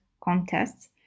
contests